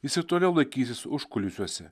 jis ir toliau laikytis užkulisiuose